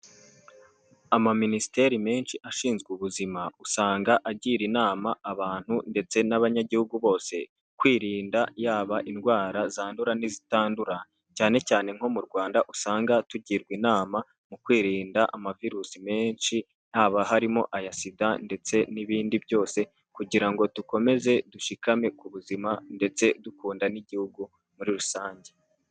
Amaminisiteri menshi ashinzwe ubuzima usanga agira inama abantu ndetse n'abanyagihugu bose kwirinda yaba indwara zandura n'izitandura cyane cyane nko mu Rwanda usanga tugirwa inama mu kwirinda amavirusi menshi haba harimo ayasida ndetse n'ibindi byose kugira ngo dukomeze dushikame ku buzima ndetse dukunda n'igihugu muri rusange.